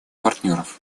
партнеров